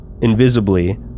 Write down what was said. invisibly